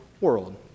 world